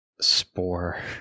Spore